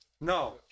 no